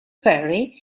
perry